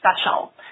special